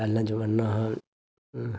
पैह्ला जमाना हा